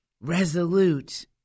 resolute